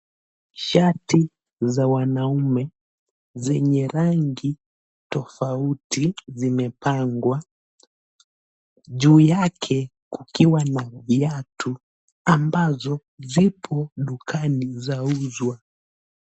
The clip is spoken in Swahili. Shati za wanaume zenye rangi tofauti, zimepangwa. Juu yake kukiwa na viatu, ambazo zipo dukani zauzwa.